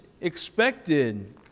expected